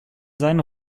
seinen